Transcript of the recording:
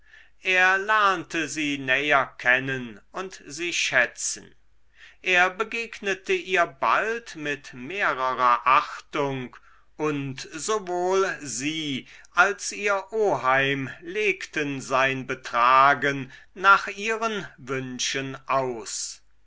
er lernte sie näher kennen und sie schätzen er begegnete ihr bald mit mehrerer achtung und sowohl sie als ihr oheim legten sein betragen nach ihren wünschen aus